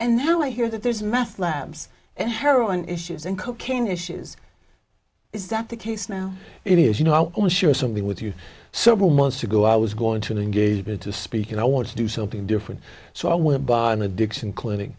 and now i hear that there's meth labs and heroin issues and cocaine issues is that the case now it is you know i want to share something with you so well months ago i was going to the engagement to speak and i want to do something different so i went by an addiction clinic